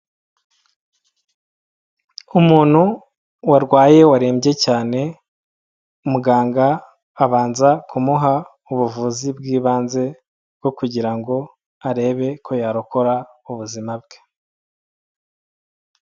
Umuntu warwaye warembye cyane, muganga abanza kumuha ubuvuzi bw'ibanze bwo kugira ngo arebe ko yarokora ubuzima bwe.